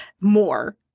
more